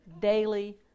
daily